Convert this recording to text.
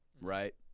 Right